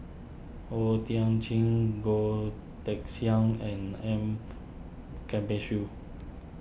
O Thiam Chin Goh Teck Sian and M